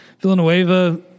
Villanueva